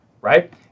right